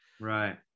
Right